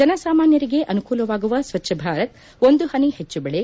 ಜನಸಾಮಾನ್ಯರಿಗೆ ಅನುಕೂಲವಾಗುವ ಸ್ವಚ್ಛ ಭಾರತ್ ಒಂದು ಪನಿ ಹೆಚ್ಚು ಬೆಳೆ